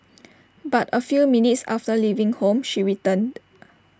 but A few minutes after leaving home she returned